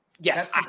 Yes